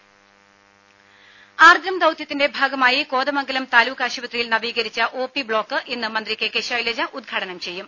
രംഭ ആർദ്രം ദൌത്യത്തിന്റെ ഭാഗമായി കോതമംഗലം താലൂക്ക് ആശുപത്രിയിൽ നവീകരിച്ച ഒ പി ബ്ലോക്ക് ഇന്ന് മന്ത്രി കെ കെ ശൈലജ ഉദ്ഘാടനം ചെയ്യും